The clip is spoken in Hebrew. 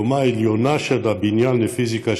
הקומה העליונה של הבניין לפיזיקה,